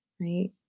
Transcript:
right